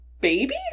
baby